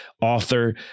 author